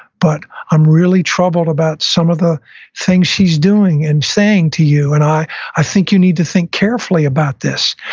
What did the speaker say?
but i'm really troubled about some of the things she's doing and saying to you, and i i think you need to think carefully about this.